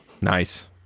Nice